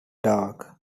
dark